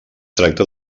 tracta